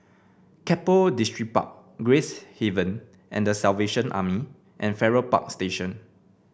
Keppel Distripark Gracehaven and The Salvation Army and Farrer Park Station